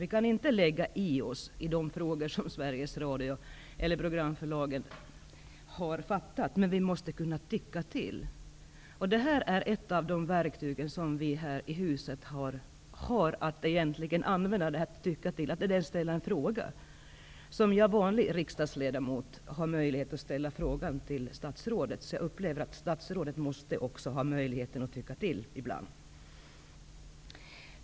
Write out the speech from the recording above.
Vi kan inte lägga oss i de beslut som Sveriges Radio eller programföretagen har fattat, men vi måste kunna tycka till. Ett av de verktyg som vi här i huset har att använda är att ställa en fråga. Jag har som vanlig riksdagsledmot möjlighet att ställa en fråga till statsrådet, därför upplever jag att även statsrådet måste ha möjlighet att tycka till ibland.